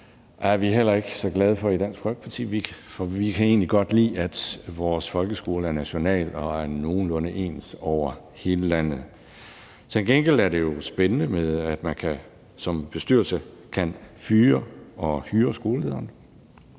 er vi heller ikke så glade for i Dansk Folkeparti, for vi kan egentlig godt lide, at vores folkeskole er national og er nogenlunde ens over hele landet. Til gengæld er det jo spændende, at man som bestyrelse kan fyre og hyre skolelederen.